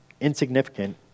insignificant